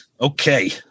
Okay